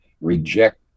reject